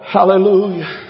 Hallelujah